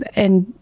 and,